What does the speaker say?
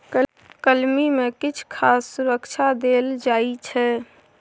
कलमी मे किछ खास सुरक्षा देल जाइ छै